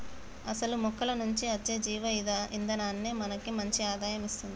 అసలు మొక్కల నుంచి అచ్చే జీవ ఇందనాన్ని మనకి మంచి ఆదాయం ఇస్తుంది